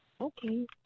okay